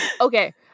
Okay